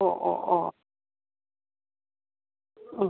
ഓ ഓ ഓ ഉം